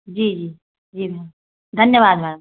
जी जी जी मैम धन्यवाद मैम